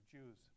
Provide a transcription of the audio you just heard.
Jews